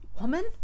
woman